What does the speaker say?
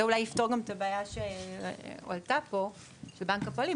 זה אולי יפתור גם את הבעיה שהועלתה פה של בנק הפועלים,